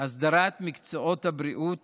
הסדרת מקצועות הבריאות